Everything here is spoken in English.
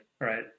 right